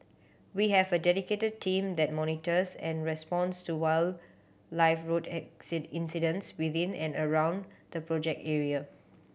we have a dedicated team that monitors and responds to wildlife road incidents within and around the project area